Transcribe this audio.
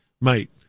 mate